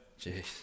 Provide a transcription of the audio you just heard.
Jeez